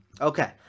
Okay